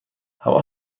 هوا